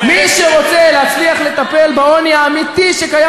מי שרוצה להצליח לטפל בעוני האמיתי שקיים